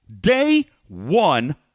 day-one